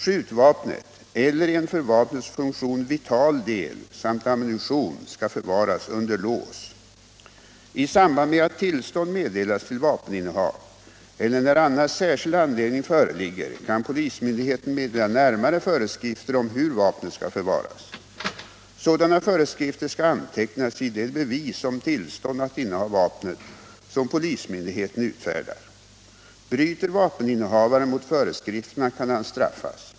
Skjutvapnet eller en för vapnets funktion vital del samt ammunition skall förvaras under lås. I samband med att tillstånd meddelas till vapeninnehav eller när annars särskild anledning föreligger kan polismyndigheten meddela närmare föreskrifter om hur vapnet skall förvaras. Sådana föreskrifter skall antecknas i det bevis om tillstånd att inneha vapnet som polismyndigheten utfärdar. Bryter vapeninnehavaren "mot föreskrifterna kan han straffas.